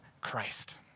Christ